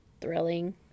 thrilling